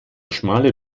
schmale